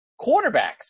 quarterbacks